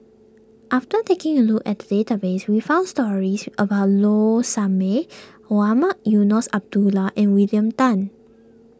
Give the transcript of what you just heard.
after taking a look at the database we found stories about Low Sanmay Mohamed Eunos Abdullah and William Tan